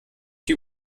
die